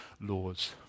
laws